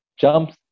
jumps